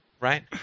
Right